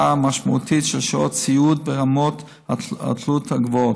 משמעותית של שעות הסיעוד ברמות התלות הגבוהות,